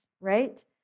right